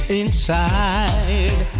inside